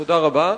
תודה רבה.